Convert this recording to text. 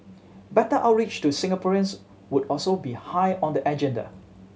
better outreach to Singaporeans would also be high on the agenda